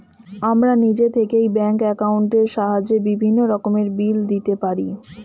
আমরা নিজে থেকেই ব্যাঙ্ক অ্যাকাউন্টের সাহায্যে বিভিন্ন রকমের বিল দিতে পারি